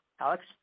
Alex